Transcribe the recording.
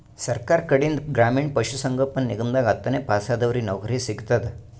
ಸರ್ಕಾರ್ ಕಡೀನ್ದ್ ಗ್ರಾಮೀಣ್ ಪಶುಸಂಗೋಪನಾ ನಿಗಮದಾಗ್ ಹತ್ತನೇ ಪಾಸಾದವ್ರಿಗ್ ನೌಕರಿ ಸಿಗ್ತದ್